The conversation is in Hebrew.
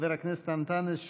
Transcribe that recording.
חבר הכנסת אנטאנס שחאדה.